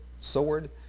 sword